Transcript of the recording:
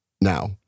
now